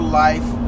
life